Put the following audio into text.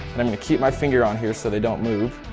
i'm going to keep my finger on here so they don't move.